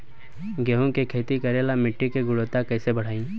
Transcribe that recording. गेहूं के खेती करेला मिट्टी के गुणवत्ता कैसे बढ़ाई?